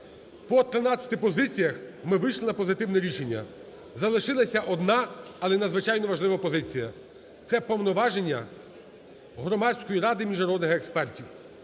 позиціях ми вийшли на позитивне рішення. Залишилася одна, але надзвичайно важлива позиція – це повноваження Громадської ради міжнародних експертів.